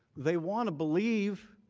they want to believe